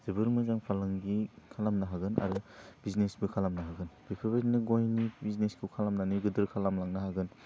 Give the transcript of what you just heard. जोबोर मोजां फालांगि खालामनो हागोन आरो बिजिनेसबो खालामनो हागोन बेफोरबायदिनो गइनि बिजिनेसखौ खालामनानै गेदेर खालाम लांनो हागोन